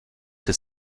his